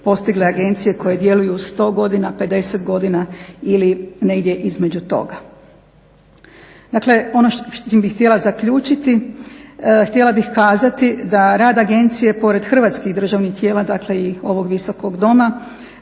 postigle agencije koje djeluju 100 godina, 50 godina ili negdje između toga. Dakle, ono s čim bih htjela zaključiti, htjela bih kazati da rad agencije pored hrvatskih državnih tijela, dakle i ovog Visokog doma